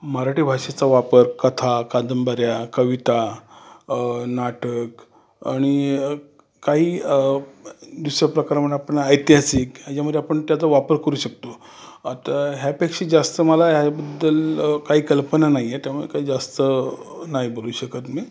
मराठी भाषेचा वापर कथा कादंबऱ्या कविता नाटक आणि काही दुसरा प्रकार म्हणा आपण ऐतिहासिक याच्यामध्ये आपण त्याचा वापर करू शकतो आता ह्यापेक्षा जास्त मला ह्याबद्दल काही कल्पना नाही आहे त्यामुळे काही जास्त नाही बोलू शकत मी